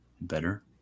better